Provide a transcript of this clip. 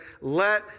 Let